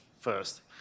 first